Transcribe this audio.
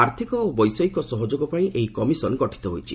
ଆର୍ଥକ ଓ ବୈଷୟିକ ସହଯୋଗପାଇଁ ଏହି କମିଶନ୍ ଗଠିତ ହୋଇଛି